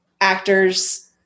actors